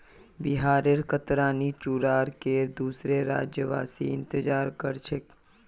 बिहारेर कतरनी चूड़ार केर दुसोर राज्यवासी इंतजार कर छेक